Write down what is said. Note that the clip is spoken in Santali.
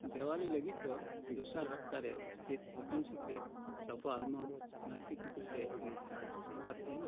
ᱫᱤᱣᱟᱞᱤ ᱞᱟᱹᱜᱤᱫ ᱫᱚ ᱫᱚᱥᱟᱨ ᱦᱟᱯᱛᱟᱨᱮ ᱪᱮᱫ Open Secret choco almond nutty cookies ᱨᱮᱠᱤ ᱡᱟᱦᱟᱱ ᱚᱯᱷᱟᱨ ᱛᱟᱸᱦᱮᱱᱟ